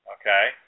okay